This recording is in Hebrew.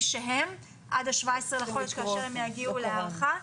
שהן עד ה-17 בחודש כאשר הם יגיעו להארכה.